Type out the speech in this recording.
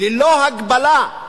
ללא הגבלה.